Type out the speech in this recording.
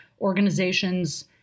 organizations